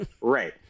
Right